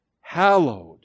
hallowed